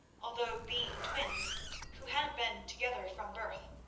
although, being twins who had been together from birth,